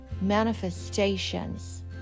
manifestations